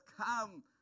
come